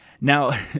Now